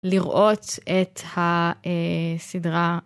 לראות את הסדרה.